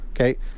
Okay